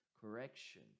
correction